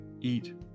eat